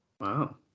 Wow